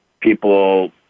people